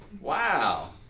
Wow